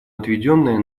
отведенное